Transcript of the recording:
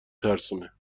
ترسونه